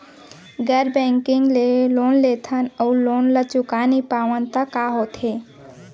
गैर बैंकिंग ले लोन लेथन अऊ लोन ल चुका नहीं पावन त का होथे?